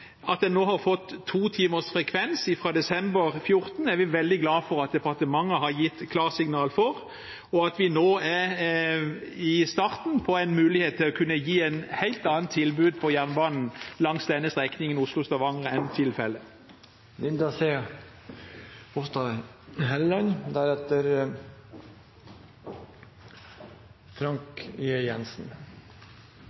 at en nå har fått to timers frekvens fra desember 2014 – det er vi veldig glade for at departementet har gitt klarsignal til – og at vi nå er i starten av en mulighet til å gi et helt annet tilbud på jernbanen langs strekningen Oslo–Stavanger enn tilfellet.